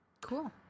Cool